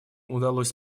удалось